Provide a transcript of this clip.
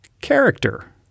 character